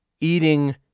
Eating